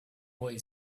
boy